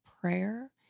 prayer